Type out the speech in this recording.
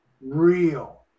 real